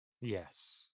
yes